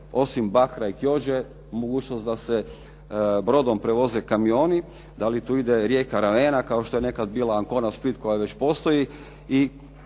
se ne razumije./… mogućnost da se brodom prevoze kamioni. Da li tu ide rijeka Ravena kao što je nekad bila Ancona Split koja već postoji